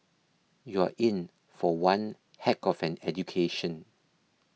you're in for one heck of an education